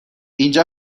اینجا